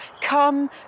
come